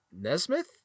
Nesmith